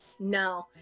no